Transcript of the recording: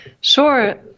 Sure